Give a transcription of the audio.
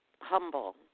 humble